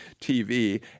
TV